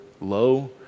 low